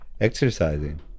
exercising